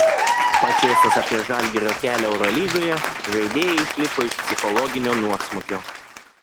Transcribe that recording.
pačėsas apie žalgirio kelią eurolygoje žaidėjai išlipo iš psichologinio nuosmukio